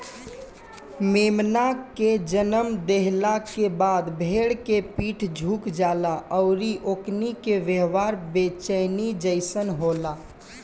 मेमना के जनम देहला के बाद भेड़ के पीठ झुक जाला अउरी ओकनी के व्यवहार बेचैनी जइसन होला